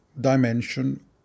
dimension